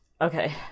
Okay